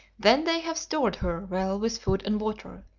then they have stored her well with food and water,